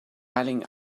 darling